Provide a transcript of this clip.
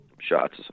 shots